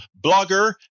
blogger